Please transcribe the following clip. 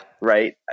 Right